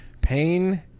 Pain